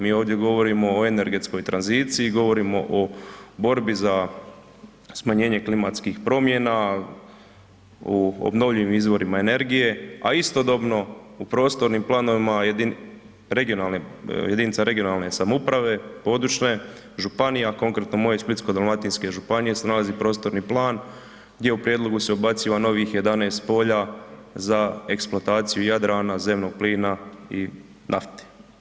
Mi ovdje govorimo o energetskoj tranziciji, govorimo o borbi za smanjenje klimatskih promjena u obnovljivim izvorima energije, a istodobno u prostornim planovima jedinica regionalne samouprave područne, županija, konkretno moje Splitsko-dalmatinske županije se nalazi prostorni plan gdje u prijedlogu se ubaciva novih 11 polja za eksploataciju Jadrana, zemnog plina i nafte.